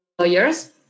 lawyers